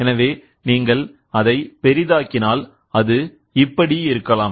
எனவே நீங்கள் அதை பெரிதாக்கினால் அது இப்படி இருக்கலாம்